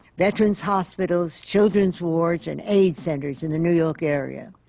veteran's hospitals, children's wards and aids centers in the new york area.